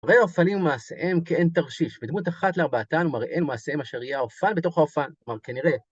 הרי האופלים מעשיהם כאין תרשיש, בדמות אחת לארבעתן הוא מראה אין מעשיהם אשר היא האופן בתוך האופן, כלומר כנראה.